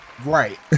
Right